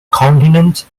continent